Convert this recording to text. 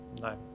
no